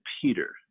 Peter